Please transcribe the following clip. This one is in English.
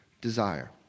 desire